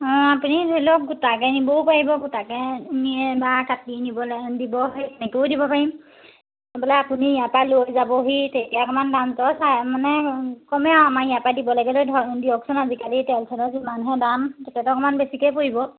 অঁ আপুনি ধৰি লওক গোটাকে নিবও পাৰিব গোটাকে নিয়ে বা কাটি নিবলৈ দিব সেই তেনেকৈও দিব পাৰিম বোলে আপুনি ইয়াৰপৰা লৈ যাবহি তেতিয়া অকণমান দাম দৰ চায় মানে কমে আৰু আমাৰ ইয়াৰপৰা দিব লাগিলে ধৰক দিয়কচোন আজিকালি তেল চেলৰ যিমানহে দাম তেতিয়াটো অকণমান বেছিকৈয়ে পৰিব